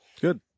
good